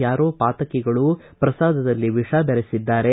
ಯಾರೋ ಪಾತಕಿಗಳು ಪ್ರಸಾದದಲ್ಲಿ ವಿಷ ಬೆರೆಸಿದ್ದಾರೆ